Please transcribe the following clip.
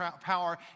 power